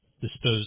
disposed